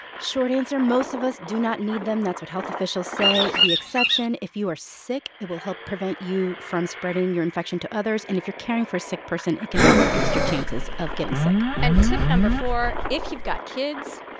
short answer most of us do not need them. that's what health officials say. the exception if you are sick, it will help prevent you from spreading your infection to others, and if you're caring for a sick person, it can help reduce your chances of getting sick and tip no. four if you've got kids.